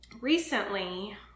recently